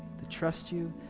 to trust you.